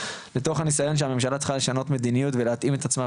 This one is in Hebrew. מתוך הניסיון שהממשלה צריכה לשנות מדיניות ולהתאים את עצמה,